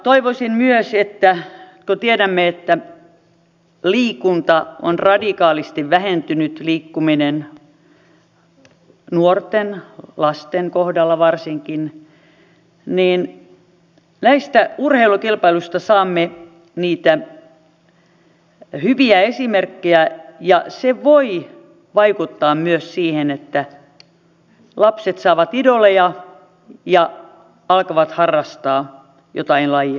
toivoisin myös että kun tiedämme että liikkuminen on radikaalisti vähentynyt nuorten ja lasten kohdalla varsinkin niin näistä urheilukilpailuista saamme niitä hyviä esimerkkejä ja se voi vaikuttaa myös siihen että lapset saavat idoleja ja alkavat harrastaa jotain lajia